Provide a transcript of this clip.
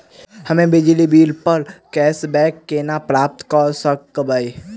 हम्मे बिजली बिल प कैशबैक केना प्राप्त करऽ सकबै?